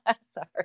Sorry